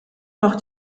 noch